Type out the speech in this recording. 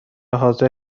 حاضر